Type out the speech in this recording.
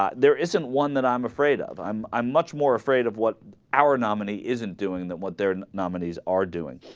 um there isn't one that i'm afraid of them i'm much more afraid of what our nominee isn't doing that what they're in nominees are doing